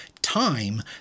time